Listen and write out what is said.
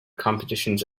competitions